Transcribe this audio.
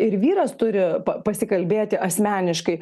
ir vyras turi pasikalbėti asmeniškai